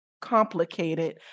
complicated